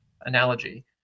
analogy